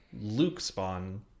Luke-spawn